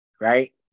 right